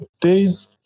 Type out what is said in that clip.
days